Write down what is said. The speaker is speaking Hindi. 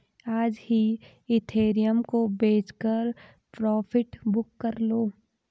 आज ही इथिरियम को बेचकर प्रॉफिट बुक कर लो